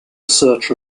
search